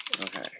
okay